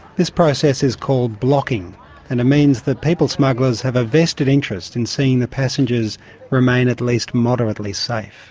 this process is called blocking and it means the people smugglers have a vested interest in seeing the passengers remain at least moderately safe.